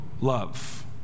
love